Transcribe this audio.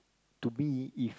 to be if